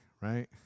right